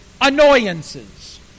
annoyances